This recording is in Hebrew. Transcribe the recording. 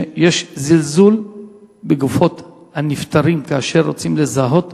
שיש זלזול בגופות הנפטרים כאשר רוצים לזהות